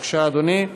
בבקשה, אדוני.